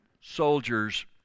soldiers